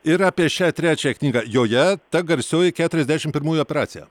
ir apie šią trečią knygą joje ta garsioji keturiasdešim pirmųjų operacija